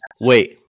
wait